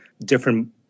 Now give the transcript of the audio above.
different